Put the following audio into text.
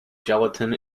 gelatin